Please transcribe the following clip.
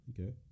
Okay